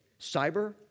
Cyber